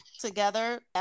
together